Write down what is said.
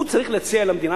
הוא צריך להציע למדינה,